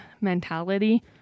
mentality